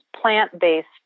plant-based